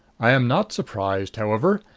i am not surprised, however.